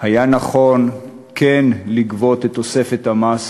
כן היה נכון כן לגבות את תוספת המס